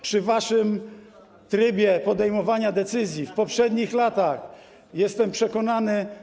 Przy waszym trybie podejmowania decyzji w poprzednich latach, jestem przekonany.